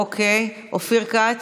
אופיר כץ,